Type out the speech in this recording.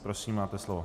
Prosím, máte slovo.